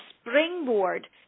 springboard